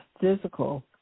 physical